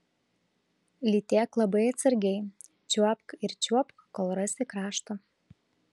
lytėk labai atsargiai čiuopk ir čiuopk kol rasi kraštą